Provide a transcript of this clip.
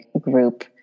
group